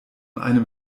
einem